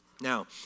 Now